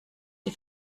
die